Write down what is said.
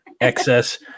excess